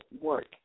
work